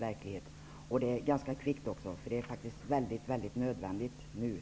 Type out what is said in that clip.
Det bör också ske ganska kvickt. Det är helt nödvändigt i nuvarande läge.